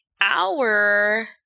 hour